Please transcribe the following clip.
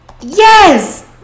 yes